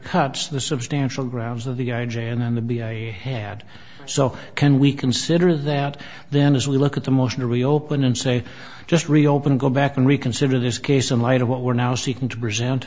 undercuts the substantial grounds of the i j a and the b i had so can we consider that then as we look at the motion to reopen and say just reopen go back and reconsider this case in light of what we're now seeking to present